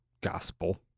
gospel